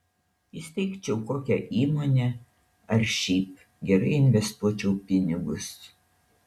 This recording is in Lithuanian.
įsteigčiau kokią įmonę ar šiaip gerai investuočiau pinigus